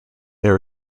there